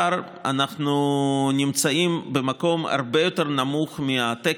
אנחנו נמצאים במקום הרבה יותר נמוך מהתקן,